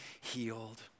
healed